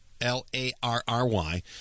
L-A-R-R-Y